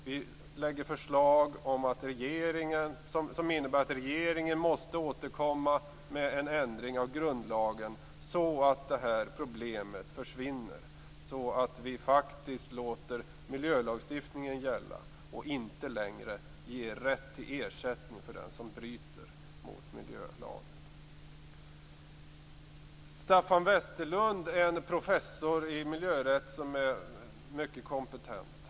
Vi lägger fram förslag som innebär att regeringen måste återkomma med förslag till en ändring av grundlagen så att detta problem försvinner och så att vi faktiskt låter miljölagstiftningen gälla och inte längre ger rätt till ersättning för den som bryter mot miljölagen. Staffan Westerlund är en professor i miljörätt som är mycket kompetent.